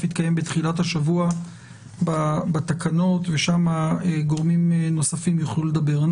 בתקנות יתקיים בתחילת השבוע ושם גורמים נוספים יוכלו לדבר.